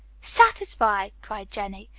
satisfy? cried jennie.